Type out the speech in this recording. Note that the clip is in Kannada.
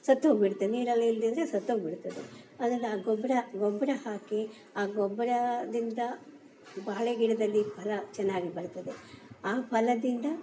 ಸತ್ತೋಗಿಬಿಡ್ತೆ ನೀರೆಲ್ಲ ಇಲ್ದೇ ಇದ್ದರೆ ಸತ್ತೋಗ್ಬಿಡುತ್ತೆ ಅದು ಅದನ್ನು ಆ ಗೊಬ್ಬರ ಗೊಬ್ಬರ ಹಾಕಿ ಆ ಗೊಬ್ಬರದಿಂದ ಬಾಳೆಗಿಡದಲ್ಲಿ ಫಲ ಚೆನ್ನಾಗಿ ಬರ್ತದೆ ಆ ಫಲದಿಂದ